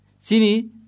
Sini